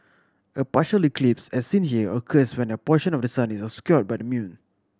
a partially eclipse as seen here occurs when a portion of the sun is obscured by the moon